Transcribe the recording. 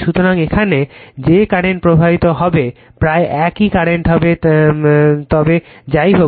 সুতরাং এখানে যে কারেন্ট প্রবাহিত হবে প্রায় একই কারেন্ট হবে তবে যাইহোক